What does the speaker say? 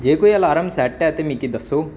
जे कोई alarm set ऐ ते मिगी दस्सो